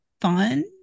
fun